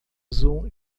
azul